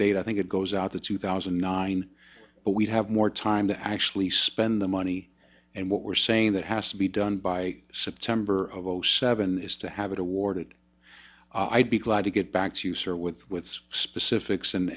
date i think it goes out to two thousand and nine but we'd have more time to actually spend the money and what we're saying that has to be done by september of zero seven is to have it awarded i'd be glad to get back to you sir with specifics and